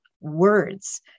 words